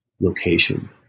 Location